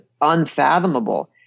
unfathomable